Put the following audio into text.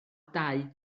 dau